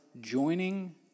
joining